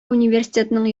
университетның